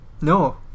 No